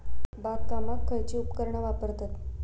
बागकामाक खयची उपकरणा वापरतत?